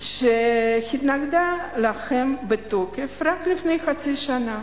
שהיא התנגדה להן בתוקף רק לפני חצי שנה.